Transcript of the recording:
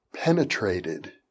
Penetrated